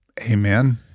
Amen